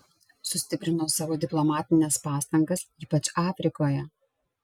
sustiprino savo diplomatines pastangas ypač afrikoje